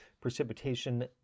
precipitation